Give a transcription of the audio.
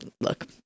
look